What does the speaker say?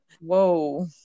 Whoa